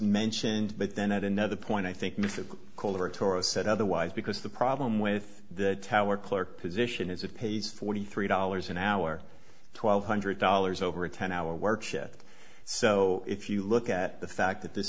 mentioned but then at another point i think mr kohler torah said otherwise because the problem with the tower clerk position is it pays forty three dollars an hour twelve hundred dollars over a ten hour work shift so if you look at the fact that this